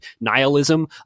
nihilism